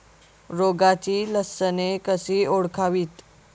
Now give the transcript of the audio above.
रोगाची लक्षणे कशी ओळखावीत?